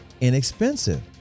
inexpensive